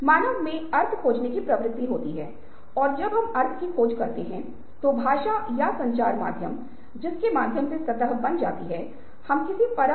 बच्चे की आंखों के माध्यम से स्थिति को देखें